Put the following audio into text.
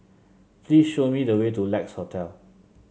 please show me the way to Lex Hotel